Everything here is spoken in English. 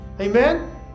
Amen